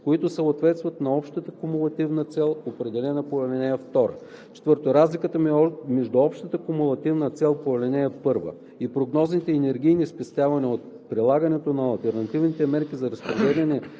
които съответстват на общата кумулативна цел, определена по ал. 2. (4) Разликата между общата кумулативна цел по ал. 1 и прогнозните енергийни спестявания от прилагането на алтернативните мерки се разпределя